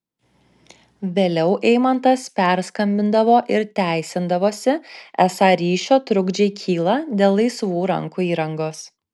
vėliau eimantas perskambindavo ir teisindavosi esą ryšio trukdžiai kyla dėl laisvų rankų įrangos